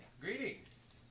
Greetings